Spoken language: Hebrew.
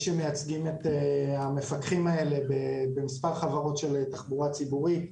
שמייצגים את המפקחים האלה במספר חברות של תחבורה ציבורית.